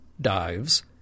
dives